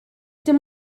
dim